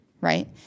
right